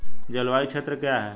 जलवायु क्षेत्र क्या है?